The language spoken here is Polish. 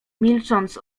milcząc